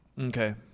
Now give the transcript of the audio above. okay